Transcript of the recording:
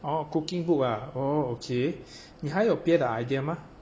orh cooking book ah orh okay 你还有别的 idea 吗